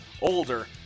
older